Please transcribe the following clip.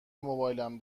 موبایلم